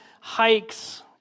hikes